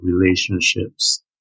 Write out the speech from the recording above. relationships